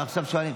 ועכשיו שואלים.